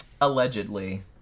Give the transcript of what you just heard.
allegedly